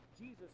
Jesus